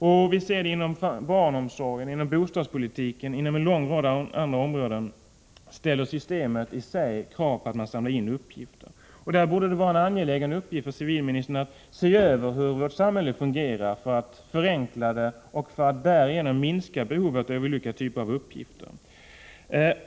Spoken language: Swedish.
Vi ser också inom barnomsorgen, inom bostadspolitiken och inom en lång rad andra områden hur systemen i sig ställer krav på att man skall samla in uppgifter. Därför borde det vara en angelägen uppgift för civilministern att se över hur samhället fungerar för att förenkla det och därigenom minska behovet av olika typer av uppgifter.